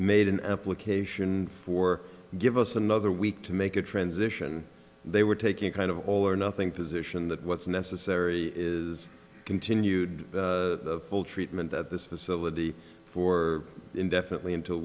made an application for give us another week to make a transition they were taking a kind of all or nothing position that what's necessary is continued treatment at this facility for indefinitely until